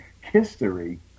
history